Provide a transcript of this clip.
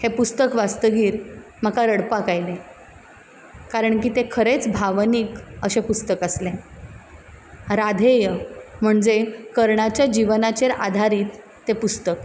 हें पुस्तक वाचतगीर म्हाका रडपाक आयलें कारण ती तें खरेंच भावनीक अशें पुस्तक आसलें राध्येय म्हणजे कर्णाच्या जिवनाचेर आधारीत तें पुस्तक